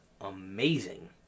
amazing